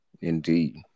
Indeed